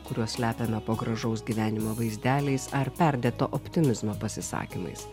kuriuos slepiame po gražaus gyvenimo vaizdeliais ar perdėto optimizmo pasisakymais